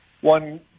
one